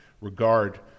regard